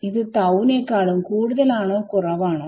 ഇത് തൌ നേക്കാളും കൂടുതൽ ആണോ കുറവാണോ